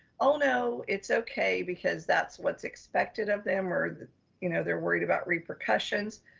ah no, it's okay because that's, what's expected of them or that, you know they're worried about repercussions,